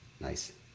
Nice